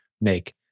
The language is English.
make